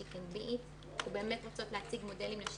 She Can Be It. אנחנו באמת רוצות להציג מודלים נשים